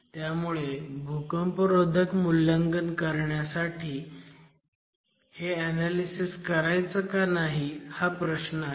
त्यामुळे भूकंपरोधक मूल्यांकन करण्यासाठी हे ऍनॅलिसिस करायचं का नाही हा प्रश्न आहे